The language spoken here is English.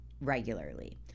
regularly